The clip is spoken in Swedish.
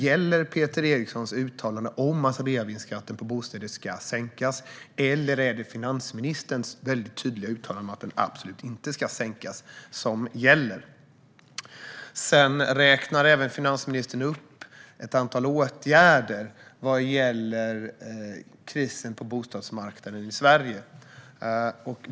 Gäller Peter Erikssons uttalande om att reavinstskatten på bostäder ska sänkas, eller är det finansministerns mycket tydliga uttalande om att den absolut inte ska sänkas som gäller? Sedan räknar finansministern även upp ett antal åtgärder när det gäller krisen på bostadsmarknaden i Sverige.